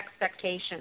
expectations